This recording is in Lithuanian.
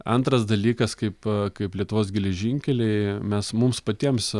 antras dalykas kaip kaip lietuvos geležinkeliai mes mums patiems